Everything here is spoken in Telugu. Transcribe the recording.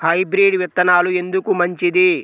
హైబ్రిడ్ విత్తనాలు ఎందుకు మంచిది?